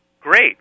Great